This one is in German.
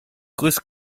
grüß